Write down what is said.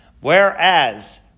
Whereas